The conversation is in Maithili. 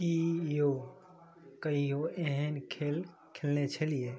की यौ कहियो एहन खेल खेलने छलियै